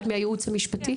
את מהייעוץ המשפטי?